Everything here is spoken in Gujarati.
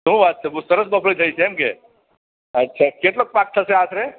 શું વાત છે બઉ સરસ મગફળી થઈ છે એમ કે અચ્છા કેટલો પાક થશે આશરે